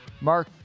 Mark